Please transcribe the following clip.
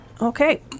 Okay